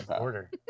order